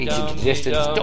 Distance